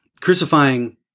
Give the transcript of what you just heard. crucifying